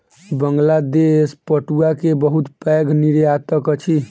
बांग्लादेश पटुआ के बहुत पैघ निर्यातक अछि